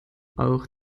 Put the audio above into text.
auch